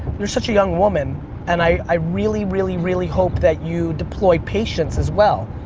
you're such a young woman and i really, really, really hope that you deploy patience as well.